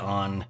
on